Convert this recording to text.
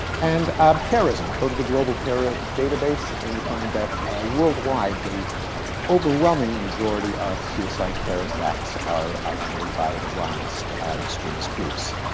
and um terrorism, go to the global terrorist database, and you find that worldwide the overwhelming majority of suicide terrorist acts are are committed by islamist extremist groups.